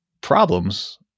problems